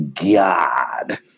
God